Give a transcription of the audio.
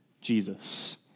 Jesus